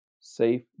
safe